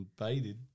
invaded